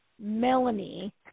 Melanie